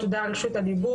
תודה על רשות הדיבור.